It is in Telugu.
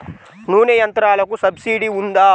నూనె యంత్రాలకు సబ్సిడీ ఉందా?